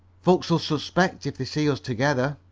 folks'll suspect if they see us together.